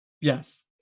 Yes